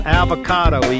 avocado